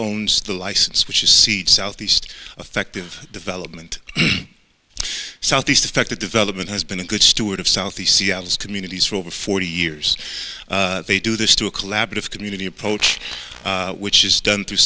owns the license which is seat southeast effective development southeast affected development has been a good steward of southeast seattle's communities for over forty years they do this to a collaborative community approach which is done through